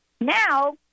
Now